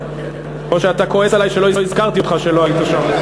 או שאתה כועס עלי שלא הזכרתי אותך שהיית שם?